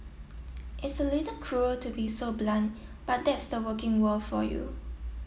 it's a little cruel to be so blunt but that's the working world for you